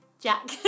Jack